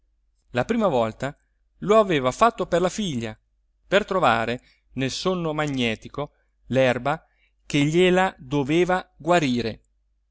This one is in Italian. la prima volta lo aveva fatto per la figlia per trovare nel sonno magnetico l'erba che gliela doveva guarire